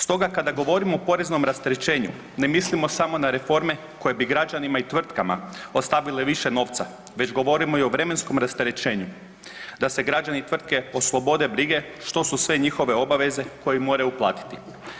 Stoga kada govorimo o poreznom rasterećenju ne mislimo samo na reforme koje bi građanima i tvrtkama ostavile više novca, već govorimo i o vremenskom rasterećenju da se građani i tvrtke oslobode brige što su sve njihove obaveze koje moraju platiti.